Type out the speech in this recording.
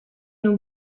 nous